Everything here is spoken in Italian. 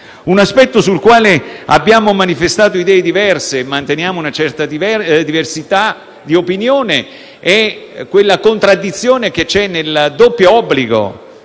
Un aspetto sul quale abbiamo manifestato idee diverse e sul quale manteniamo una certa diversità di opinione è la contraddizione insita nel doppio obbligo,